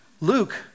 Luke